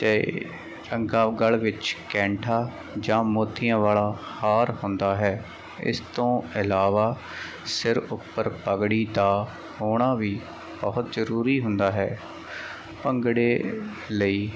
ਤੇ ਗਲ ਵਿੱਚ ਕੈਂਠਾ ਜਾਂ ਮੋਤੀਆਂ ਵਾਲਾ ਹਾਰ ਹੁੰਦਾ ਹੈ ਇਸ ਤੋਂ ਇਲਾਵਾ ਸਿਰ ਉੱਪਰ ਪਗੜੀ ਦਾ ਹੋਣਾ ਵੀ ਬਹੁਤ ਜਰੂਰੀ ਹੁੰਦਾ ਹੈ ਭੰਗੜੇ ਲਈ